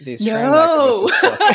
no